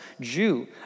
Jew